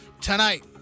tonight